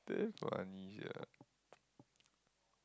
damn funny sia